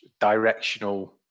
directional